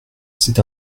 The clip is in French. c’est